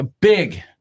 big